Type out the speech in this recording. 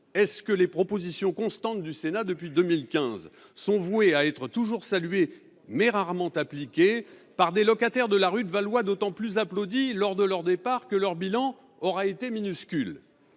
formule le Sénat de manière constante depuis 2015 sont elles vouées à être toujours saluées, mais rarement appliquées, par des locataires de la rue de Valois d’autant plus applaudis lors de leur départ que leur bilan aura été minuscule ?